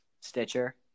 Stitcher